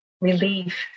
relief